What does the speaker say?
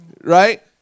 right